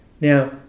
Now